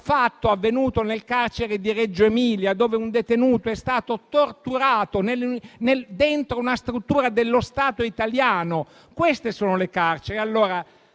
fatto avvenuto nel carcere di Reggio Emilia, dove un detenuto è stato torturato dentro una struttura dello Stato italiano. Queste sono le carceri.